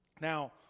Now